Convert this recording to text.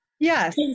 Yes